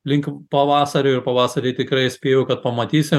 link pavasario ir pavasarį tikrai spėju kad pamatysim